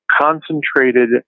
concentrated